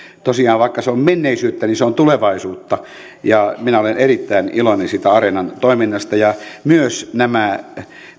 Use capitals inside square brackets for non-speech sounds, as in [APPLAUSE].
tosiaan vaikka se on menneisyyttä niin se on tulevaisuutta [UNINTELLIGIBLE] [UNINTELLIGIBLE] ja minä olen erittäin iloinen siitä areenan toiminnasta myös nämä